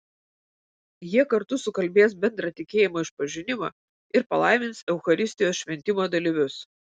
jie kartu sukalbės bendrą tikėjimo išpažinimą ir palaimins eucharistijos šventimo dalyvius